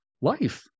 life